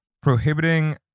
prohibiting